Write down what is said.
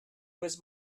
was